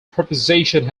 proposition